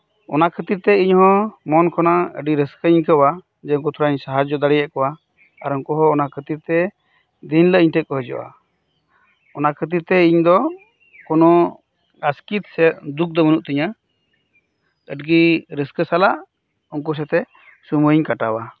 ᱚᱱᱟ ᱠᱷᱟᱹᱛᱤᱨ ᱛᱮ ᱤᱧ ᱦᱚᱸ ᱢᱚᱱ ᱠᱷᱚᱱᱟᱜ ᱨᱟᱹᱥᱠᱟᱹᱧ ᱵᱩᱡᱷᱟᱹᱣᱟ ᱡᱮ ᱩᱱᱠᱩ ᱛᱷᱚᱲᱟᱧ ᱥᱟᱦᱟᱡᱽᱡᱳ ᱫᱟᱲᱮᱭᱟᱫ ᱠᱚᱣᱟ ᱟᱨ ᱩᱱᱠᱩ ᱦᱚ ᱚᱱᱟ ᱠᱷᱟᱹᱛᱤᱨ ᱛᱮ ᱫᱤᱱ ᱦᱤᱞᱳᱜ ᱤᱧ ᱴᱷᱮᱱ ᱠᱚ ᱦᱤᱡᱩᱜᱼᱟ ᱚᱱᱟ ᱠᱷᱟᱹᱛᱤᱨ ᱛᱮ ᱤᱧ ᱫᱚᱠᱚᱱᱚ ᱟᱥᱠᱮᱛ ᱥᱮ ᱫᱩᱠ ᱫᱚ ᱵᱟᱹᱱᱩᱜ ᱛᱤᱧᱟᱹ ᱟᱹᱰᱤᱜᱮ ᱨᱟᱹᱥᱠᱟᱹ ᱥᱟᱞᱟᱜ ᱩᱱᱠᱩ ᱥᱟᱣᱛᱮ ᱥᱚᱢᱚᱭ ᱤᱧ ᱠᱟᱴᱟᱣᱟ